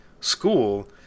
school